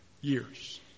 years